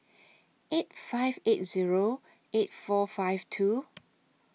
eight five eight Zero eight four five two